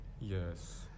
Yes